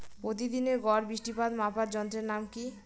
প্রতিদিনের গড় বৃষ্টিপাত মাপার যন্ত্রের নাম কি?